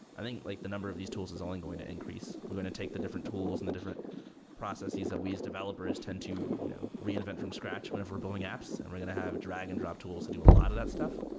i think like the number of these tools is only going to increase. we're going to take the different tools and the different processes that we as developers tend to you know reinvent from scratch whenever we're building apps and we're going to have drag-and-drop tools to do a lot of that stuff.